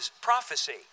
prophecy